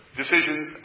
decisions